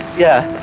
yeah.